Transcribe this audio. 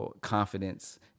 confidence